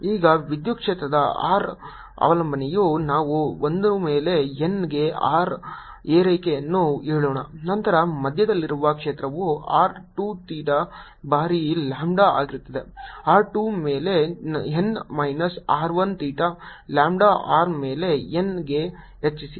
ಈಗ ವಿದ್ಯುತ್ ಕ್ಷೇತ್ರದ r ಅವಲಂಬನೆಯು ನಾವು 1 ಮೇಲೆ n ಗೆ r ಏರಿಕೆಯನ್ನು ಹೇಳೋಣ ನಂತರ ಮಧ್ಯದಲ್ಲಿರುವ ಕ್ಷೇತ್ರವು r 2 ಥೀಟಾ ಬಾರಿ ಲ್ಯಾಂಬ್ಡಾ ಆಗಿರುತ್ತದೆ r 2 ಮೇಲೆ n minus r 1 theta lambda r ಮೇಲೆ n ಗೆ ಹೆಚ್ಚಿಸಿ